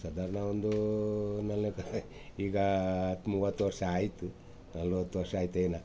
ಸಾಧಾರ್ಣ ಒಂದು ನಲ್ವತ್ತು ಈಗ ಹತ್ತು ಮೂವತ್ತು ವರ್ಷ ಆಯಿತು ನಲ್ವತ್ತು ವರ್ಷ ಆಯ್ತೇನೋ